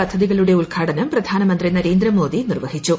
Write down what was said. പദ്ധതികളുടെ ഉദ്ഘാടനം പ്രധാനമന്ത്രി നരേന്ദ്രമോദി നിർവ്വഹിച്ചു